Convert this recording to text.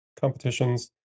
competitions